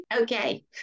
Okay